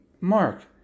Mark